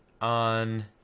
on